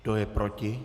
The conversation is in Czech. Kdo je proti?